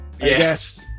Yes